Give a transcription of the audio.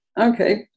Okay